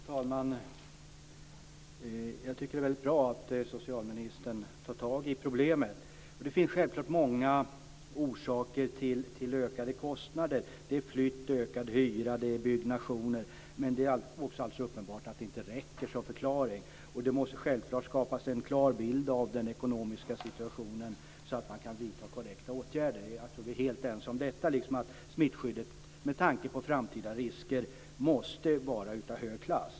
Fru talman! Jag tycker att det är väldigt bra att socialministern tar tag i problemet. Det finns självklart många orsaker till ökade kostnader. Det är flytt, det är ökad hyra och det är byggnationer. Men det är också alldeles uppenbart att det inte räcker som förklaring. Det måste självklart skapas en klar bild av den ekonomiska situationen så att man kan vidta korrekta åtgärder. Jag tror att vi är helt ense om detta, liksom att smittskyddet med tanke på framtida risker måste vara av hög klass.